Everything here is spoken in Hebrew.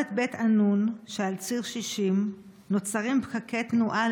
אני קורא אותך בקריאה ראשונה.